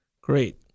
Great